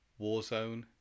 Warzone